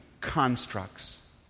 constructs